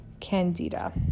candida